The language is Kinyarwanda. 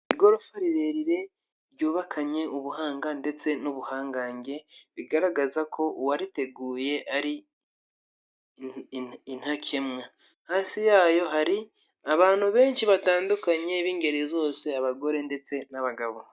Igorofa rirerire ryubakanye ubuhanga ndetse n'ubuhangange, bigaragaza ko uwariteguye ari intakemwa, hasi yayo hari abantu benshi batandukanye b'ingeri zose abagore ndetse n'abagabo.